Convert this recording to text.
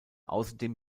außerdem